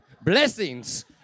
blessings